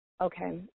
okay